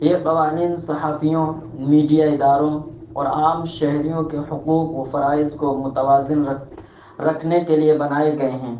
یہ قوانین صحافیوں میڈیا اداروں اور عام شہریوں کے حقوق و فرائض کو متوازن رکھ رکھنے کے لیے بنائے گئے ہیں